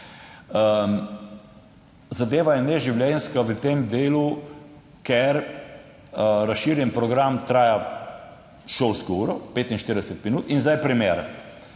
Zadeva je neživljenjska v tem delu, ker razširjeni program traja šolsko uro, 45 minut. In zdaj primer.